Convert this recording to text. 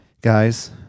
guys